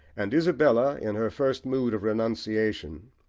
and isabella in her first mood of renunciation,